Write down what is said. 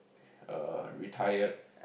err retired